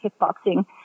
kickboxing